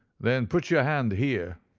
then put your hand here,